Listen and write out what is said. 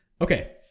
Okay